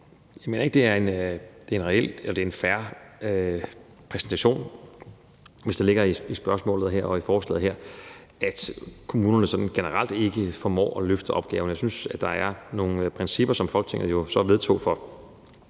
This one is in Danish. jeg mener ikke, det er en fair præsentation, hvis der ligger i spørgsmålet her og i forslaget, at kommunerne sådan generelt ikke formår at løfte opgaven. Jeg synes, at der er tale om nogle principper, som Folketinget jo vedtog for